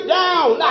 down